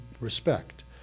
respect